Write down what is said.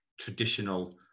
traditional